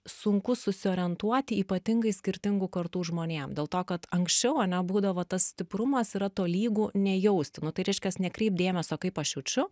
sunku susiorientuoti ypatingai skirtingų kartų žmonėm dėl to kad anksčiau ane būdavo tas stiprumas yra tolygu nejausti nu tai reiškias nekreipt dėmesio kaip aš jaučiu